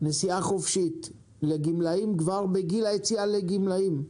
הנסיעה החופשית לגמלאים כבר בגיל היציאה לגמלאות,